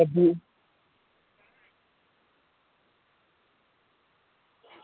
जी